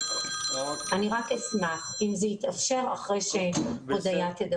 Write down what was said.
אז אני רק אשמח אם זה יתאפשר אחרי שהודיה תדבר.